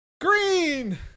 green